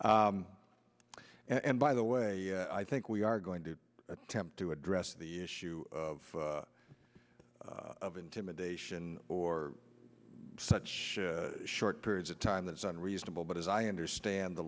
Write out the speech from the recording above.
case and by the way i think we are going to attempt to address the issue of of intimidation or such short periods of time that's unreasonable but as i understand the